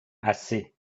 assez